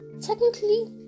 technically